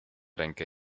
rękę